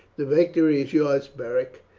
the victory is yours, beric,